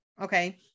okay